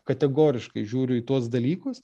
kategoriškai žiūriu į tuos dalykus